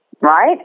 right